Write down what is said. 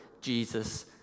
Jesus